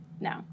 No